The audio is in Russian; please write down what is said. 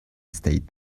стоит